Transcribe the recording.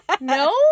No